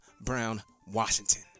Brown-Washington